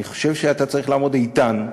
אני חושב שאתה צריך לעמוד איתן,